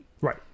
Right